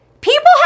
People